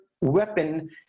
weapon